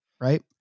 Right